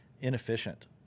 inefficient